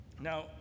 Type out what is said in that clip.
Now